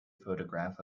photograph